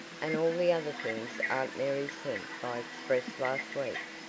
and all the other things aunt mary sent by express last week.